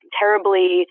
terribly